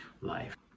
life